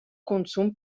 consum